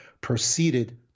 proceeded